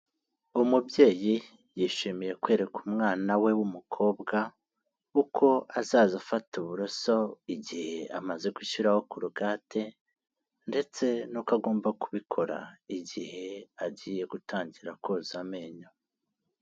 Umubyeyi yishimiye kwereka umwana we w'umukobwa uko azaza afata uburoso igihe amaze gushyiraho korugate ndetse n'uko agomba kubikora igihe agiye gutangira koza amenyo.